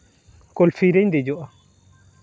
ᱠᱳᱞᱯᱷᱤ ᱨᱮᱧ ᱫᱮᱡᱚᱜᱼᱟ